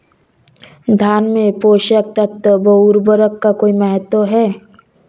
धान में पोषक तत्वों व उर्वरक का कोई महत्व है?